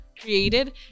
created